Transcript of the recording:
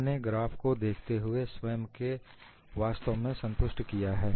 हमने ग्राफ को देखते हुए स्वयं को वास्तव में संतुष्ट किया है